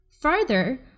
Further